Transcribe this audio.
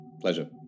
Pleasure